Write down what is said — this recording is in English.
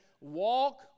walk